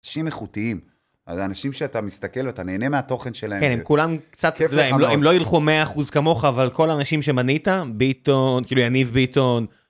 אנשים איכותיים, אז אנשים שאתה מסתכל ואתה נהנה מהתוכן שלהם. כן, הם כולם קצת, הם לא ילכו 100% כמוך, אבל כל האנשים שמנית ביטון, כאילו יניב ביטון.